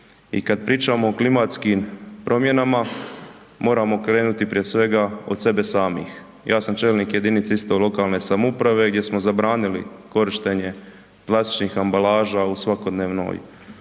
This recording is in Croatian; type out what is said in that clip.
I kad pričamo o klimatskim promjenama moramo krenuti prije svega od sebe samih. Ja sam čelnik jedinice isto lokalne samouprave gdje smo zabranili korištenje plastičnih ambalaža u svakodnevnoj,